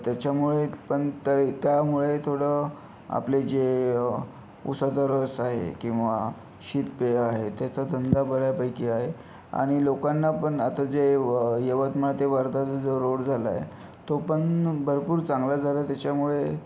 त्याच्यामुळे पण तरी त्यामुळे थोडं आपले जे उसाचा रस आहे किंवा शीतपेय आहे त्याचा धंदा बऱ्यापैकी आहे आणि लोकांना पण आता जे यवतमाळ ते वर्धाचा जो रोड झाला आहे तो पण भरपूर चांगला झाला आहे त्याच्यामुळे